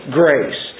grace